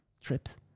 trips